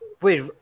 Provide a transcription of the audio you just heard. Wait